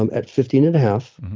um at fifteen and half,